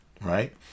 right